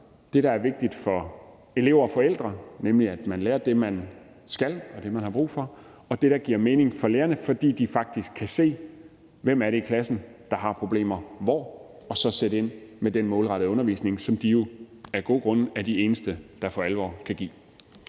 det, der er vigtigt for elever og forældre, nemlig at man lærer det, man skal, og det, man har brug for, og det, der giver mening for lærerne, fordi de faktisk kan se, hvem det er i klassen, der har problemer hvor, og så sætte ind med den målrettede undervisning, som de jo af gode grunde er de eneste, der for alvor kan give.